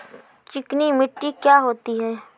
चिकनी मिट्टी क्या होती है?